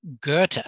Goethe